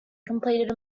completed